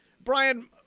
Brian